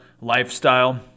lifestyle